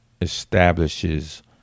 establishes